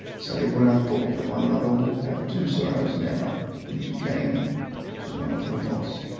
save when i thought that my mother would have two sorrows now when she came to know of her loss.